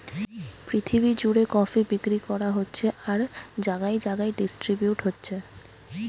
পৃথিবী জুড়ে কফি বিক্রি করা হচ্ছে আর জাগায় জাগায় ডিস্ট্রিবিউট হচ্ছে